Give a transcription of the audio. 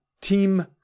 Team